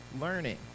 learning